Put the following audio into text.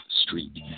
street